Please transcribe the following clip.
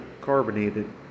carbonated